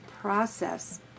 process